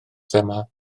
thema